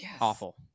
awful